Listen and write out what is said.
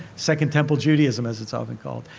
second temple judaism, as it's often called.